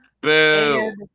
Boom